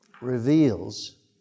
reveals